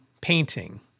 painting